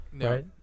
right